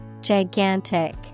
Gigantic